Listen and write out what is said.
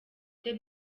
the